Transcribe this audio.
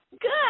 Good